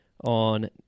on